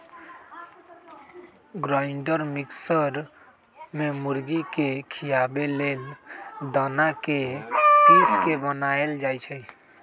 grinder mixer में मुर्गी के खियाबे लेल दना के पिस के बनाएल जाइ छइ